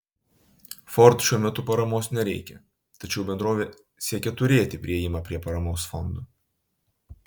ford šiuo metu paramos nereikia tačiau bendrovė siekia turėti priėjimą prie paramos fondo